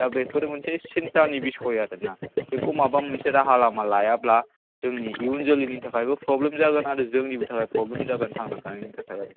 दा बेफोर मोनसे सिन्थानि बिसय आरो ना बेखौ माबा मोनसे राहा लामा लायाब्ला जोंनि इयुन जोलैनि थाखायबो प्रब्लेम जागोन आरो जोंनिबो थाखाय प्रब्लेम जागोन थांनानै थानायनि थाखाय आरो